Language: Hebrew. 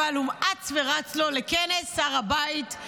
אבל הוא אץ ורץ לו לכנס הר הבית,